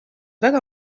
väga